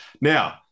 Now